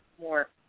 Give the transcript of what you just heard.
more